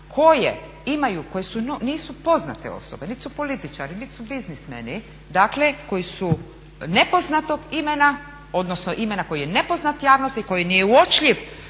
koje imaju, koje nisu poznate osobe nit su političari nit su biznismeni, dakle koji su nepoznatog imena odnosno imena koji je nepoznat javnosti i koji nije uočljiv